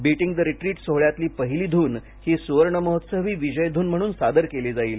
beating the retreat सोहळ्यातली पहिली धून ही सुवर्णमहोत्सवी विजय धून म्हणून सादर केली जाईल